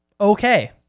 okay